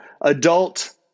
adult